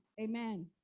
amen